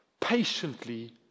patiently